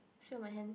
sit on my hand